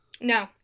no